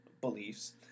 beliefs